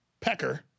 Pecker